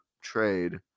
trade